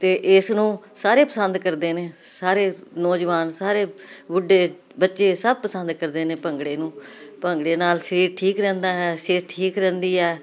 ਤੇ ਇਸ ਨੂੰ ਸਾਰੇ ਪਸੰਦ ਕਰਦੇ ਨੇ ਸਾਰੇ ਨੌਜਵਾਨ ਸਾਰੇ ਬੁੱਢੇ ਬੱਚੇ ਸਭ ਪਸੰਦ ਕਰਦੇ ਨੇ ਭੰਗੜੇ ਨੂੰ ਭੰਗੜੇ ਨਾਲ ਸਰੀਰ ਠੀਕ ਰਹਿੰਦਾ ਹੈ ਸਿਹਤ ਠੀਕ ਰਹਿੰਦੀ ਹੈ